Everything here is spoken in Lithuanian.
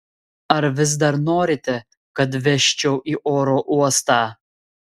ar vis dar norite kad vežčiau į oro uostą